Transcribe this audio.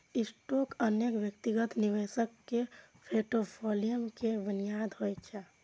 stock अनेक व्यक्तिगत निवेशक के फोर्टफोलियो के बुनियाद होइ छै